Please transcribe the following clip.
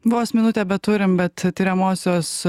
vos minutę beturim bet tiriamosios